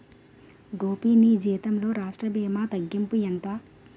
గోపీ నీ జీతంలో రాష్ట్ర భీమా తగ్గింపు ఎంత